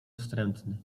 wstrętny